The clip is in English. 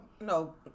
no